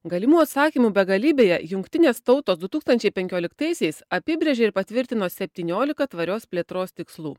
galimų atsakymų begalybėje jungtinės tautos du tūkstančiai penkioliktaisiais apibrėžė patvirtino septyniolika tvarios plėtros tikslų